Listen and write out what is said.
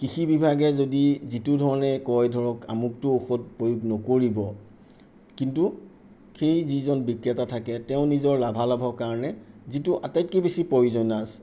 কৃষি বিভাগে যদি যিটো ধৰণে কয় ধৰক আমুকটো ঔষধ প্ৰয়োগ নকৰিব কিন্তু সেই যিজন বিক্ৰেতা থাকে তেওঁ নিজৰ লাভালাভৰ কাৰণে যিটো আটাইতকৈ বেছি পয়জনাছ